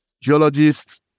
geologists